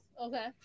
okay